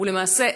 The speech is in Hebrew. ולמעשה,